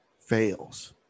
fails